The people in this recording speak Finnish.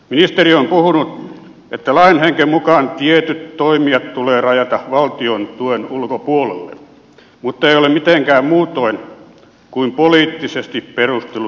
ministeri on puhunut että lain hengen mukaan tietyt toimijat tulee rajata valtion tuen ulkopuolelle mutta ei ole mitenkään muutoin kuin poliittisesti perustellut linjauksiaan